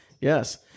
yes